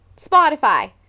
spotify